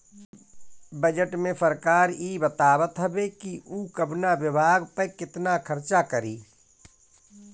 budget में सरकार इ बतावत हवे कि उ कवना विभाग पअ केतना खर्चा करी